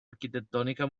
architettonica